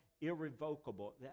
irrevocable